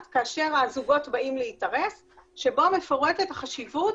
כאשר הזוגות באים להתארס שבו מפורטת החשיבות